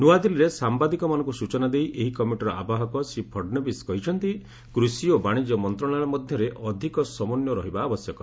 ନୂଆଦିଲ୍ଲୀରେ ସାମ୍ବାଦିକମାନଙ୍କୁ ସୂଚନା ଦେଇ ଏହି କମିଟିର ଆବାହକ ଶ୍ରୀ ଫଡ଼ନବୀଶ କହିଛନ୍ତି କୃଷି ଓ ବାଣିଜ୍ୟ ମନ୍ତ୍ରଣାଳୟ ମଧ୍ୟରେ ଅଧିକ ସମନ୍ୱୟ ରହିବା ଆବଶ୍ୟକ